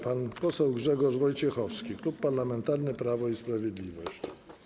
Pan poseł Grzegorz Wojciechowski, Klub Parlamentarny Prawo i Sprawiedliwość.